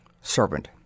Servant